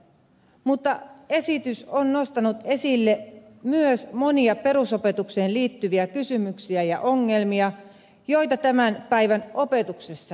mutta esitys on nostanut esille myös monia perusopetukseen liittyviä kysymyksiä ja ongelmia joita tämän päivän opetuksessa on